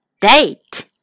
date